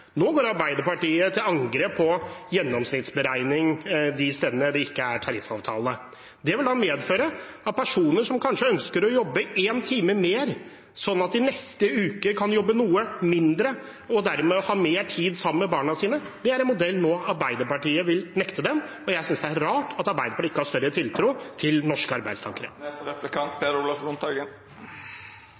Nå går Arbeiderpartiet til angrep på gjennomsnittsberegning de stedene det ikke er tariffavtale. Det ville medføre at personer som kanskje ønsker å jobbe én time mer, slik at de neste uke kan jobbe noe mindre og dermed ha mer tid sammen med barna sine – det er en modell Arbeiderpartiet vil nekte dem. Jeg synes det er rart at Arbeiderpartiet ikke har større tiltro til norske arbeidstakere.